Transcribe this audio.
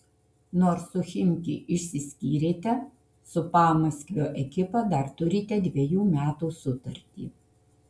nors su chimki išsiskyrėte su pamaskvio ekipa dar turite dvejų metų sutartį